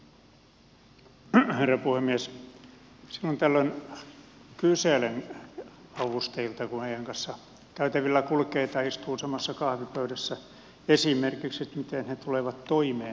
silloin tällöin kyselen avustajilta kun heidän kanssaan käytävillä kulkee tai istuu samassa kahvipöydässä esimerkiksi miten he tulevat toimeen helsingissä